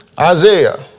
Isaiah